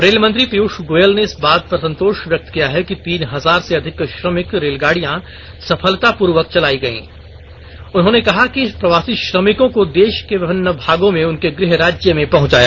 rail मंत्री पीयुष गोयल ने इस बात पर संतोष व्यक्त किया है कि तीन हजार से अधिक श्रमिक रेलगाडिया सफलतापूर्वक चलाई गयी और उन्होंने कहा कि प्रवासी श्रमिको को देश के विभिन्न में भागों उनके गृह राज्य में पहुंचाया